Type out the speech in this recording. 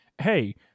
hey